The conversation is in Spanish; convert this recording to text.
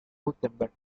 wurtemberg